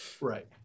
Right